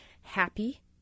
happy